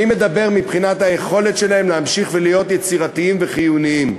אני מדבר מבחינת היכולת שלהם להמשיך ולהיות יצירתיים וחיוניים.